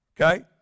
okay